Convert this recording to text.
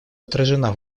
отражена